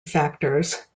factors